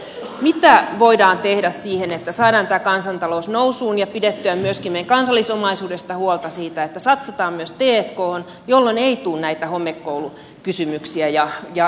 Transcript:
mitä voidaan tehdä siinä että saadaan tämä kansantalous nousuun ja pidettyä myöskin meidän kansallisomaisuudesta huolta siinä että satsataan myös t khon jolloin ei tule näitä homekoulukysymyksiä ja sisäilmaongelmia